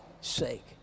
sake